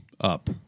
up